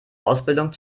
ausbildung